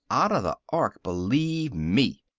outta the ark, believe me.